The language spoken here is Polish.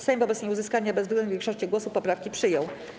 Sejm wobec nieuzyskania bezwzględnej większości głosów poprawki przyjął.